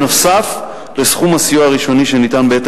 נוסף על סכום הסיוע הראשוני שניתן בעת